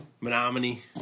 Menominee